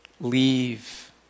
leave